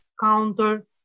counter